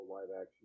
live-action